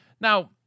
Now